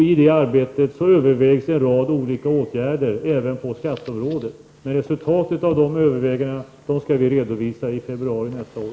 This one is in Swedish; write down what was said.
I det arbetet övervägs en rad olika åtgärder även inom skatteområdet. Resultatet av överläggningarna skall vi redovisa i februari nästa år.